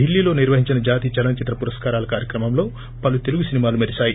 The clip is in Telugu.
దిల్లీలో నిర్వహించిన జాతీయ చలనచిత్ర పురస్కారాల కార్యక్రమంలో పలు తెలుగు సినిమాలు మెరిశాయి